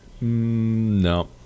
No